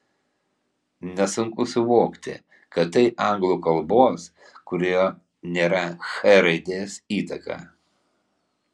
nesunku suvokti kad tai anglų kalbos kurioje nėra ch raidės įtaka